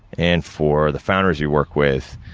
and for the founders we work with,